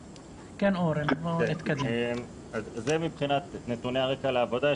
אז זה מבחינת נתוני הרקע לעבודה.